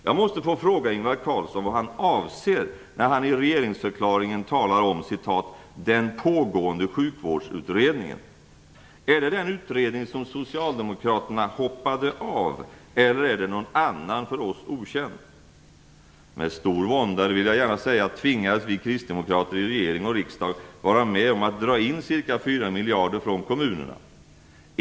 Jag måste få fråga Ingvar Carlsson vad han avser när har i regeringsförklaringen talar om "den pågående sjukvårdsutredningen". Är det den utredning som Socialdemokraterna hoppade av eller är det någon annan för oss okänd utredning? Med stor vånda tvingades vi kristdemokrater i regering och riksdag att vara med om att dra in ca 4 miljarder från kommunerna.